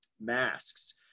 masks